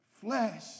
flesh